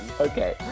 Okay